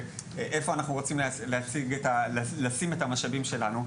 איפה אנחנו רוצים לשים את המשאבים שלנו,